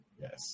yes